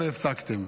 והפסקתם.